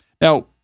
Now